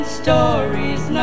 stories